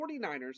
49ers